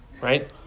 right